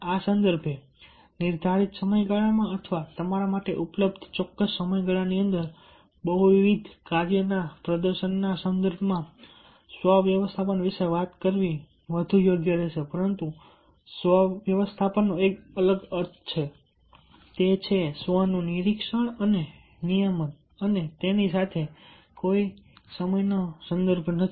આ સંદર્ભે નિર્ધારિત સમયગાળામાં અથવા તમારા માટે ઉપલબ્ધ ચોક્કસ સમયગાળાની અંદર બહુવિધ કાર્યોના પ્રદર્શનના સંદર્ભમાં સ્વ વ્યવસ્થાપન વિશે વાત કરવી વધુ યોગ્ય રહેશે પરંતુ સ્વ વ્યવસ્થાપનનો એક અલગ અર્થ છે તે છે સ્વનું નિરીક્ષણ અને નિયમન અને તેનો સમયનો કોઈ સંદર્ભ નથી